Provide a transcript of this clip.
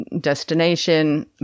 destination